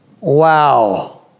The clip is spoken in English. Wow